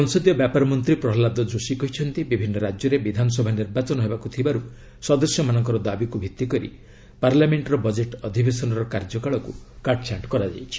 ସଂସଦୀୟ ବ୍ୟାପାର ମନ୍ତ୍ରୀ ପ୍ରହଲ୍ଲାଦ ଯୋଶୀ କହିଛନ୍ତି ବିଭିନ୍ନ ରାଜ୍ୟରେ ବିଧାନସଭା ନିର୍ବାଚନ ହେବାକୁ ଥିବାରୁ ସଦସ୍ୟମାନଙ୍କର ଦାବିକୁ ଭିତ୍ତି କରି ପାର୍ଲାମେଣ୍ଟର ବଜେଟ୍ ଅଧିବେଶନର କାର୍ଯ୍ୟକାଳକୁ କାଟ୍ଛାଣ୍ଟ କରାଯାଇଛି